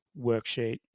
worksheet